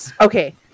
okay